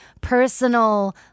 personal